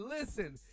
Listen